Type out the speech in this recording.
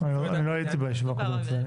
אני לא הייתי בישיבה הקודמת.